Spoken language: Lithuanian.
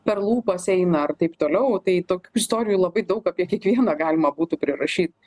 per lūpas eina ar taip toliau tai tokių istorijų labai daug apie kiekvieną galima būtų prirašyt